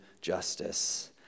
justice